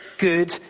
good